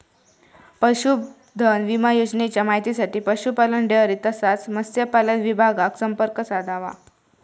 पशुधन विमा योजनेच्या माहितीसाठी पशुपालन, डेअरी तसाच मत्स्यपालन विभागाक संपर्क साधा